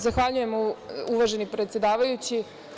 Zahvaljujem, uvaženi predsedavajući.